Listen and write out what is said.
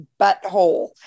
butthole